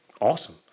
awesome